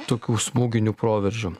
tokių smūginių proveržių